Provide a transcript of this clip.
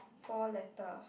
four letter